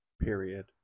period